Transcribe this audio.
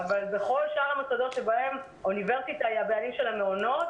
אבל בכל שאר המוסדות שבהם האוניברסיטה היא הבעלים של המעונות,